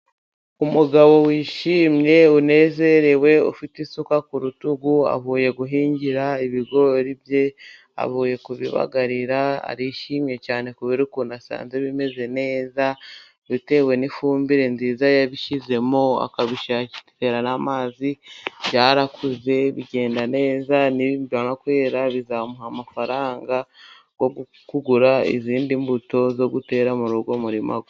Umugabo wishimye unezerewe ufite isuka ku rutugu avuye guhingira ibigori bye avuye kubibagarira arishimye cyane kubera ukuntu asanze bimeze neza bitewe n'ifumbire nziza yabishyizemo. Nibimara kwera bizamuha amafaranga yo kugura izindi mbuto zo gutera muri uwo umurima we.